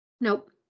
Nope